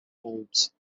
bulbs